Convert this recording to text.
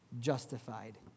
justified